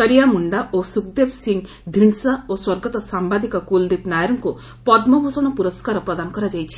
କରିଆ ମୁଣ୍ଡା ଓ ଶୁଖ୍ଦେବ ସିଂ ଧୀଣ୍ଡସା ଓ ସ୍ୱର୍ଗତ ସାମ୍ଭାଦିକ କୁଲ୍ଦୀପ୍ ନାୟାର୍କୁ ପଦ୍ମଭୂଷଣ ପୁରସ୍କାର ପ୍ରଦାନ କରାଯାଇଛି